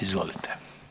Izvolite.